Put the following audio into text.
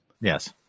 Yes